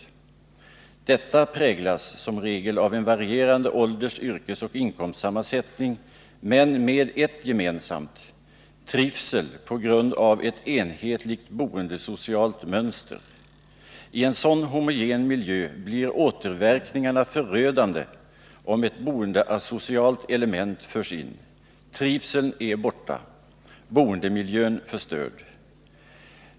Detta 13 mars 1980 präglas som regel av en varierande ålders-, yrkesoch inkomstsammansättning men med ett gemensamt: trivsel på grund av ett enhetligt boendesocialt mönster. I en sådan homogen miljö blir återverkningarna förödande, om ett boendeasocialt element förs in. Trivseln är borta — boendemiljön förstörd.